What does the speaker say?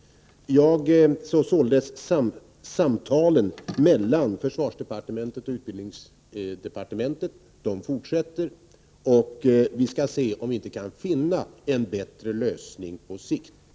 Samtalen mellan försvarsdepartementet och utbildningsdepartementet fortsätter, och vi skall se om vi inte kan finna en bättre lösning på sikt.